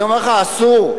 אני אומר לך, אסור.